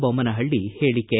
ಬೊಮ್ಗನಹಳ್ಳಿ ಹೇಳಿಕೆ